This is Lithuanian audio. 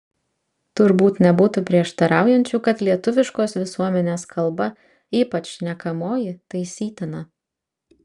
turbūt nebūtų prieštaraujančių kad lietuviškos visuomenės kalba ypač šnekamoji taisytina